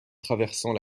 traversant